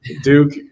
Duke